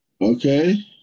Okay